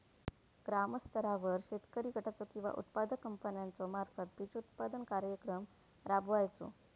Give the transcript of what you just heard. ग्रामस्तरावर शेतकरी गटाचो किंवा उत्पादक कंपन्याचो मार्फत बिजोत्पादन कार्यक्रम राबायचो?